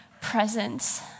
presence